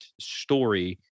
story